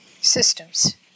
systems